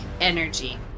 energy